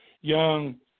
young